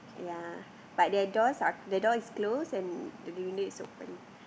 ya but the doors are the door is closed and the window is open